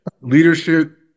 leadership